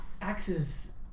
Axes